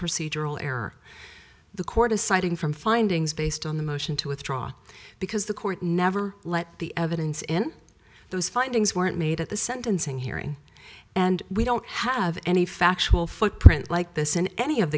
procedural error the court deciding from findings based on the motion to withdraw because the court never let the evidence in those findings weren't made at the sentencing hearing and we don't have any factual footprints like this in any of